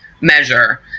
measure